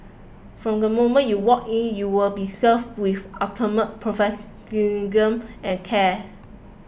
from the moment you walk in you will be served with ultimate and care